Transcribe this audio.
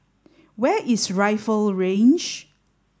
where is Rifle Range